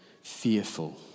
fearful